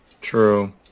True